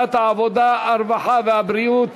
ועדת העבודה, הרווחה והבריאות